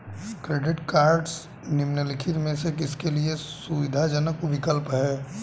Credit cards निम्नलिखित में से किसके लिए सुविधाजनक विकल्प हैं?